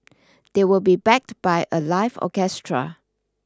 they will be backed by a live orchestra